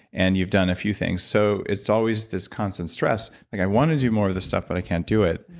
and you've done a few things. so it's always this constant stress like, i want to do more of this stuff, but i can't do it.